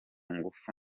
ngufu